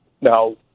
Now